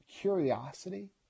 curiosity